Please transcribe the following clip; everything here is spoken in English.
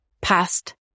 past